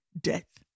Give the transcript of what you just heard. death